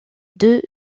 deux